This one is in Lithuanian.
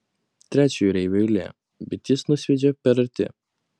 trečio jūreivio eilė bet jis nusviedžia per arti